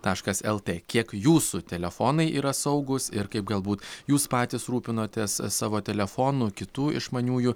taškas lt kiek jūsų telefonai yra saugūs ir kaip galbūt jūs patys rūpinotės savo telefonų kitų išmaniųjų